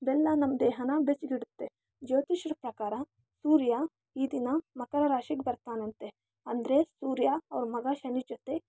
ಬೆಲ್ಲ ನಮ್ಮ ದೇಹನ ಬೆಚ್ಚಗಿಡುತ್ತೆ ಜ್ಯೋತಿಷ್ಯರ ಪ್ರಕಾರ ಸೂರ್ಯ ಈ ದಿನ ಮಕರ ರಾಶಿಗೆ ಬರ್ತಾನಂತೆ ಅಂದರೆ ಸೂರ್ಯ ಅವರ ಮಗ ಶನಿ ಜೊತೆ